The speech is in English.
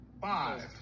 Five